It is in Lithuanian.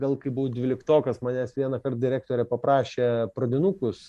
gal kai buvau dvyliktokas manęs vienąkart direktorė paprašė pradinukus